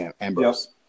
Ambrose